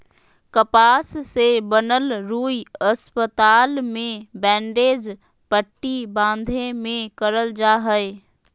कपास से बनल रुई अस्पताल मे बैंडेज पट्टी बाँधे मे करल जा हय